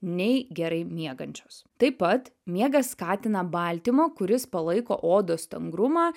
nei gerai miegančios taip pat miegas skatina baltymo kuris palaiko odos stangrumą